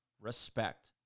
Respect